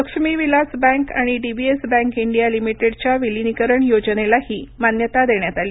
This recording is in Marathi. लक्ष्मी विलास बँक आणि डीबीएस बँक इंडिया लिमिटेडच्या विलिनीकरण योजनेलाही मान्यता देण्यात आली